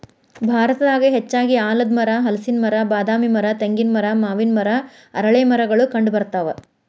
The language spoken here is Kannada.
ಭಾರತದಾಗ ಹೆಚ್ಚಾಗಿ ಆಲದಮರ, ಹಲಸಿನ ಮರ, ಬಾದಾಮಿ ಮರ, ತೆಂಗಿನ ಮರ, ಮಾವಿನ ಮರ, ಅರಳೇಮರಗಳು ಕಂಡಬರ್ತಾವ